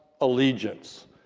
allegiance